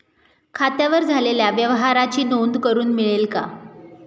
खात्यावर झालेल्या व्यवहाराची नोंद करून मिळेल का?